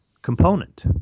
component